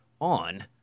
On